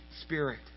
Spirit